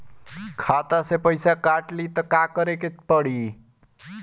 खाता से पैसा काट ली त का करे के पड़ी?